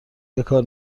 بکار